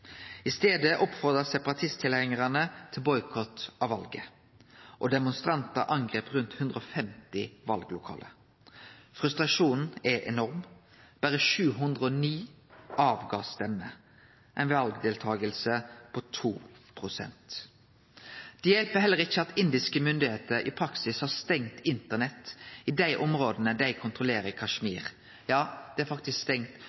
I staden oppfordra separatisttilhengarane til boikott av valet, og demonstrantar angreip rundt 150 vallokale. Frustrasjonen er enorm. Berre 709 stemte – ei valdeltaking på 2 pst. Det hjelper heller ikkje at indiske myndigheiter i praksis har stengt internett i dei områda dei kontrollerer i Kashmir – ja faktisk